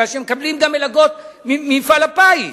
כי הם מקבלים גם מלגות ממפעל הפיס,